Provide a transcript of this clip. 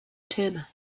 terma